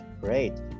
Great